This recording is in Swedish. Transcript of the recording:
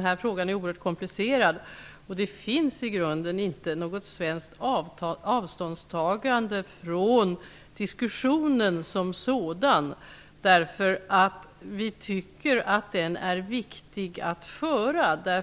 här frågan är nämligen oerhört komplicerad. Det finns i grunden inte något svenskt avståndstagande från diskussionen som sådan. Vi tycker att den är viktig att föra.